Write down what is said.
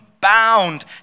bound